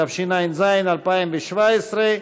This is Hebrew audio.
התשע"ז 2017,